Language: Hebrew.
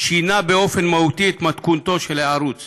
שינה באופן מהותי את מתכונתו של הערוץ